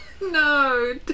No